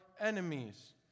enemies